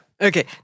Okay